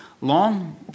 long